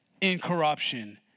incorruption